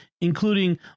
including